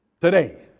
today